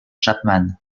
chapman